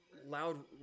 Loud